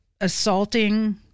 assaulting